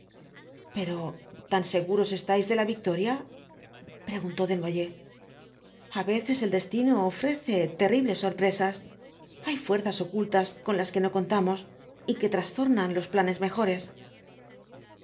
pero tan seguros estáis de la victoria preguntó desnoyers a veces el destino ofrece terribles sorpresas hay fuerzas ocultas con las que no contamos y que trastornan los planes mejores la